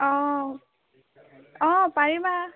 অ অ পাৰিবা